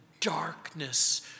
darkness